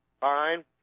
Fine